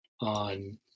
on